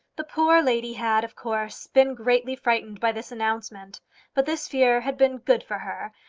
the poor lady had, of course, been greatly frightened by this announcement but this fear had been good for her,